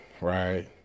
right